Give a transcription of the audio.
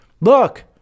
Look